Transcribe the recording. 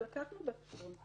והבאנו בחשבון,